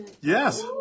Yes